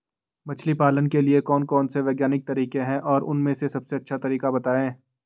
मछली पालन के लिए कौन कौन से वैज्ञानिक तरीके हैं और उन में से सबसे अच्छा तरीका बतायें?